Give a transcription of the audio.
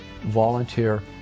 Volunteer